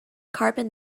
carbon